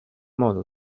modo